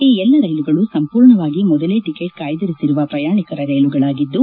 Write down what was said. ಈ ಎಲ್ಲ ರೈಲುಗಳು ಸಂಪೂರ್ಣವಾಗಿ ಮೊದಲೇ ಟಕೆಟ್ ಕಾಯ್ದಿರಿಸಿರುವ ಪ್ರಯಾಣಿಕರ ರೈಲುಗಳಾಗಿದ್ದು